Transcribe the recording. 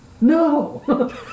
No